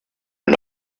and